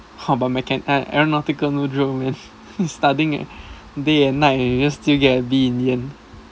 !wah! but mechan~ a~ aeronautical no joke man studying leh day and night leh then still get a b in the end